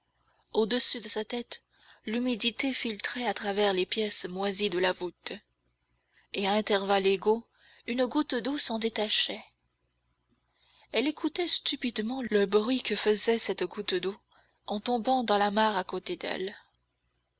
au-dessus de sa tête l'humidité filtrait à travers les pierres moisies de la voûte et à intervalles égaux une goutte d'eau s'en détachait elle écoutait stupidement le bruit que faisait cette goutte d'eau en tombant dans la mare à côté d'elle